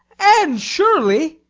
anne shirley!